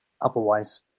otherwise